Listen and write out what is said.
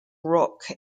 rock